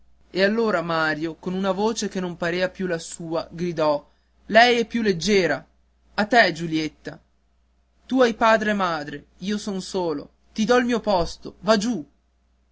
e allora mario con una voce che non parea più la sua gridò lei è più leggiera a te giulietta tu hai padre e madre io son solo ti do il mio posto va giù